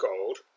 gold